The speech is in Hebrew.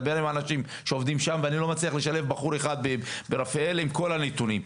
מדבר עם אנשים שעובדים שם ואני לא מצליח לשלב בחור אחד עם כל הנתונים.